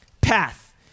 path